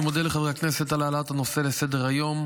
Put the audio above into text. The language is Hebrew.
אני מודה לחברי הכנסת על העלאת הנושא לסדר-היום.